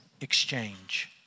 exchange